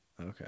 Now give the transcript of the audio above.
Okay